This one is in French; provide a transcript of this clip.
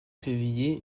février